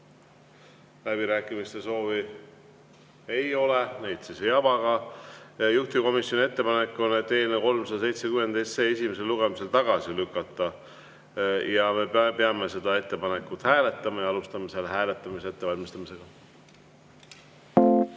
Läbirääkimiste soovi ei ole, ma neid ei ava ka. Juhtivkomisjoni ettepanek on eelnõu 370 esimesel lugemisel tagasi lükata. Me peame seda ettepanekut hääletama. Alustame selle hääletamise ettevalmistamist.